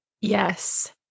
Yes